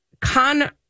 con